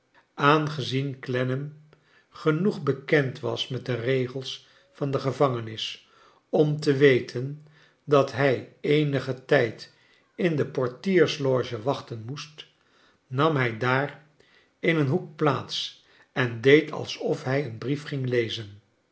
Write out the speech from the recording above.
aunez'en clennxm genoeg bekend was met de regels van de gevangenis om te we ten dat hij eenigen tijd in de portiersloge wachten moest nam hij daar in een hoek plaats en deed alsof hij een brief ging lezen